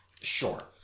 Sure